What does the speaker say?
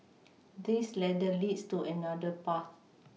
this ladder leads to another path